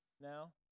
now